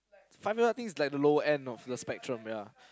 five people I think is like the lower end of the spectrum ya